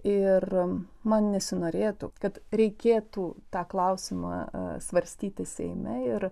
ir man nesinorėtų kad reikėtų tą klausimą svarstyti seime ir